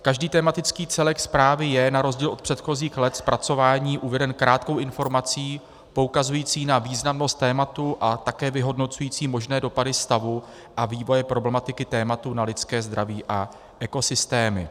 Každý tematický celek zprávy je na rozdíl od předchozích let zpracování uveden krátkou informací poukazující na významnost tématu a také vyhodnocující možné dopady stavu a vývoje problematiky tématu na lidské zdraví a ekosystémy.